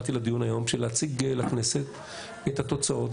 באתי לדיון היום בשביל להציג לכנסת את התוצאות,